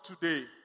today